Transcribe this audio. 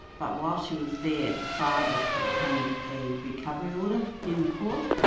but while she was there, the father obtained a recovery order in the court,